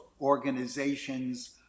organizations